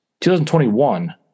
2021